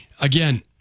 Again